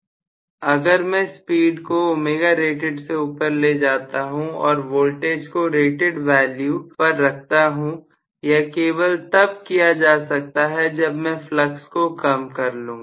professor अगर मैं speed को ωrated से ऊपर ले जाता हूं और वोल्टेज को रेटेड वैल्यू पर रखता हूं यह केवल तब किया जा सकता है जब मैं फ्लक्स को कम कर लूंगा